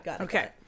Okay